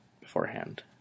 beforehand